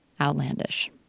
outlandish